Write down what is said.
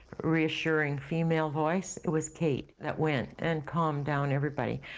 reassuring, female voice it was kate that went and calmed down everybody.